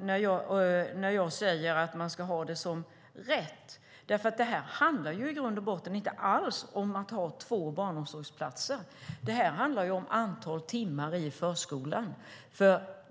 när jag säger att man ska ha det som rätt. Det här handlar inte alls om att ha två barnomsorgsplatser, utan det handlar om antalet timmar i förskolan.